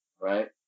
right